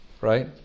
Right